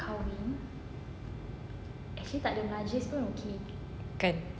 kan